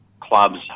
clubs